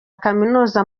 kaminuza